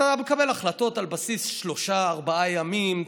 אתה מקבל החלטות על בסיס שלושה-ארבעה ימים,